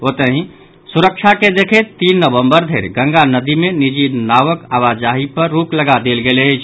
ओतहि सुरक्षा के देखैत तीन नबम्वर धरि गंगा नदि मे निजी नावक आवाजाही पर रोक लगा देल गेल अछि